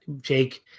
Jake